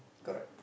correct